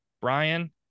Brian